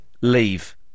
leave